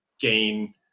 gain